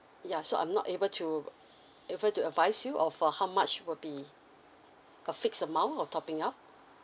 yeah so I'm not able to able to advise you of uh how much will be a fixed amount of topping up